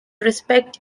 respect